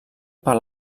per